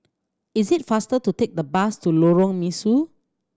is it faster to take the bus to Lorong Mesu